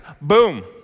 boom